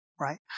right